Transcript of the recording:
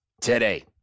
today